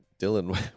Dylan